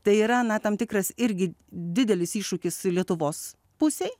tai yra na tam tikras irgi didelis iššūkis lietuvos pusei